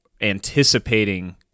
anticipating